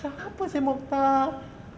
siapa seh mokhtar